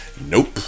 Nope